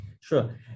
sure